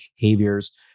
behaviors